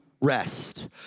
rest